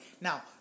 Now